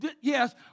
yes